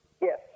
Yes